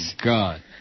God